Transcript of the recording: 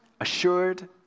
assured